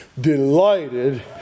delighted